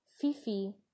Fifi